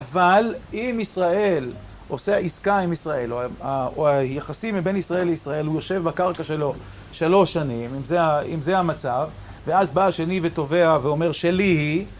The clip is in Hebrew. אבל אם ישראל עושה עסקה עם ישראל או היחסים מבין ישראל לישראל הוא יושב בקרקע שלו שלוש שנים, אם זה המצב ואז בא השני ותובע ואומר שלי היא